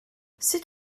sut